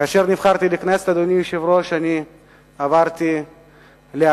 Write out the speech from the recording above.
כאשר נבחרתי לכנסת, אדוני היושב-ראש, עברתי לאריאל